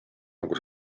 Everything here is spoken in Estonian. nagu